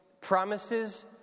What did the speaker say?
promises